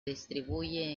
distribuye